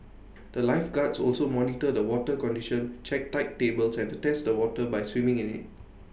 the lifeguards also monitor the water condition check tide tables and test the water by swimming in IT